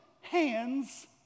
hands